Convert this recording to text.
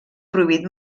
prohibit